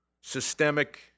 systemic